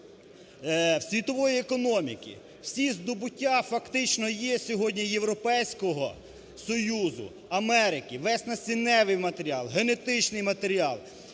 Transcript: світової економіки. Всі здобуття фактично є сьогодні Європейського Союзу, Америки, весь насіннєвий матеріал, генетичний матеріал